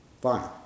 fine